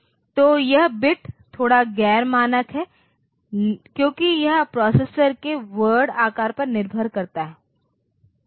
तो यह बिट थोड़ा गैर मानक है क्योंकि यह प्रोसेसर के वर्ड आकार पर निर्भर करता है